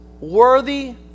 worthy